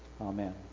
Amen